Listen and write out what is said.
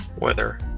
weather